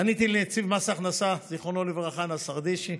פניתי לנציב מס הכנסה, זיכרונו לברכה, נסרדישי,